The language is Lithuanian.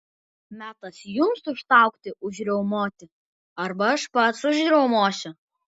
metas jums užstaugti užriaumoti arba aš pats užriaumosiu